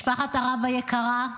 משפחת הרב היקרה,